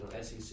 SEC